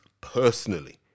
personally